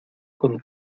con